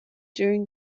during